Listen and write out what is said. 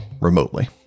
remotely